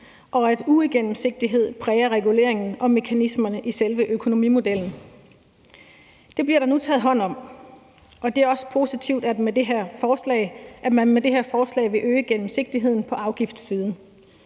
og at uigennemsigtighed præger reguleringen og mekanismerne i selve økonomimodellen. Det bliver der nu taget hånd om, og det er også positivt, at man med det her forslag vil øge gennemsigtigheden på afgiftssiden.